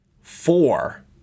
Four